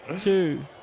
two